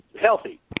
healthy